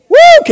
Woo